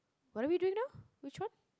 what are we doing now which one